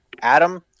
Adam